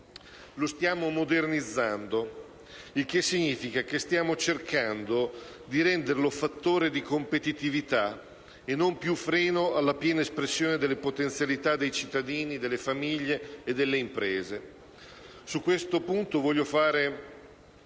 Lo stiamo modernizzando, e ciò significa che stiamo cercando di renderlo fattore di competitività, e non più freno alla piena espressione delle potenzialità dei cittadini, delle famiglie e delle imprese. Su questo punto voglio fare